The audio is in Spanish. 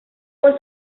por